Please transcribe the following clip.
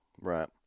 Right